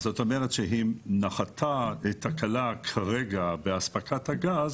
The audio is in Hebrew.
זאת אומרת שאם נחתה תקלה, כרגע, באספקת הגז